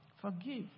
Forgive